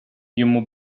йому